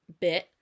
bit